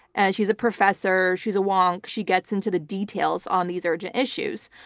and she's a professor, she's a wonk, she gets into the details on these urgent issues.